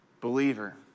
Believer